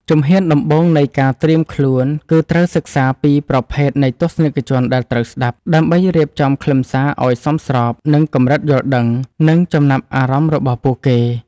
ជំហានដំបូងនៃការត្រៀមខ្លួន គឺត្រូវសិក្សាពីប្រភេទនៃទស្សនិកជនដែលត្រូវស្ដាប់ ដើម្បីរៀបចំខ្លឹមសារឱ្យសមស្របនឹងកម្រិតយល់ដឹង និងចំណាប់អារម្មណ៍របស់ពួកគេ។